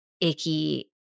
icky